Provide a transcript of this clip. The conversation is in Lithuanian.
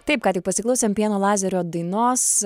taip ką tik pasiklausėm pieno lazerio dainos